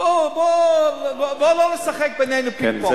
בוא לא נשחק בינינו פינג-פונג.